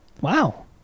Wow